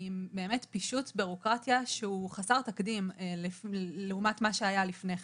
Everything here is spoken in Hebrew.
עם באמת פישוט בירוקרטיה שהוא חסר תקדים לעומת מה שהיה לפני כן.